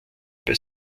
bei